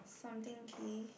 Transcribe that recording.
something K